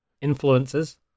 influences